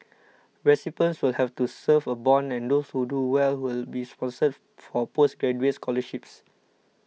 recipients will have to serve a bond and those who do well will be sponsored for postgraduate scholarships